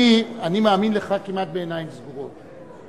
אני מאמין לך כמעט בעיניים סגורות,